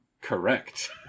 correct